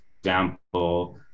example